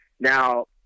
Now